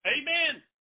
Amen